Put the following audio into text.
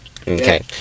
okay